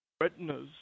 retinas